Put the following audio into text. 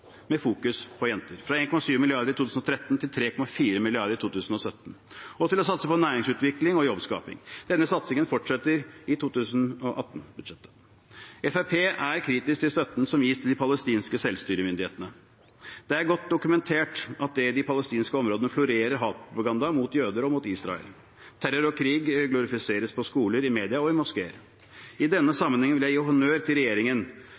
med fokusering på jenter – fra 1,7 mrd. kr i 2013 til 3,4 mrd. kr i 2017 – og til å satse på næringsutvikling og jobbskaping. Denne satsingen fortsetter i 2018-budsjettet. Fremskrittspartiet er kritisk til støtten som gis til de palestinske selvstyremyndighetene. Det er godt dokumentert at det i de palestinske områdene florerer hatpropaganda mot jøder og mot Israel. Terror og krig glorifiseres på skoler, i media og i moskeer. I denne sammenheng vil jeg gi honnør til regjeringen,